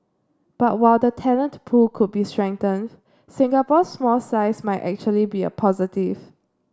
but while the talent pool could be strengthened Singapore's small size might actually be a positive